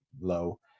low